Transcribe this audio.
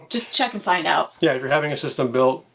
just check and find out. yeah, if you're having a system built,